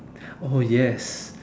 oh yes